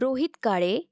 Rohit Kale